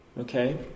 Okay